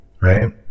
right